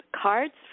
cards